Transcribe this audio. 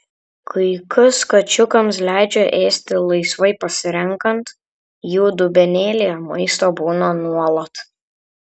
kai kas kačiukams leidžia ėsti laisvai pasirenkant jų dubenėlyje maisto būna nuolat